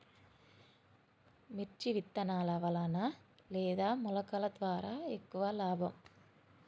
మిర్చి విత్తనాల వలన లేదా మొలకల ద్వారా ఎక్కువ లాభం?